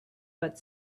but